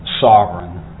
sovereign